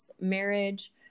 marriage